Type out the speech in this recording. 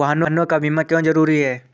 वाहनों का बीमा क्यो जरूरी है?